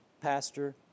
pastor